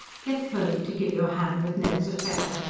get purdy to give you a hand with ned's affair.